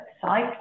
site